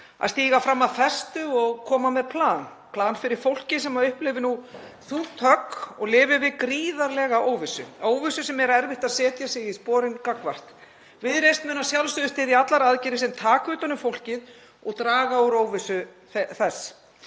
að stíga fram af festu og koma með plan, plan fyrir fólkið sem upplifir nú þungt högg og lifir við gríðarlega óvissu sem er erfitt að setja sig í spor gagnvart. Viðreisn mun að sjálfsögðu styðja allar aðgerðir sem taka utan um fólkið og draga úr óvissu þess.